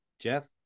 Jeff